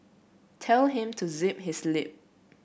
tell him to zip his lip